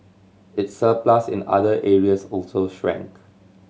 its surplus in other areas also shrank